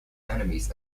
enemies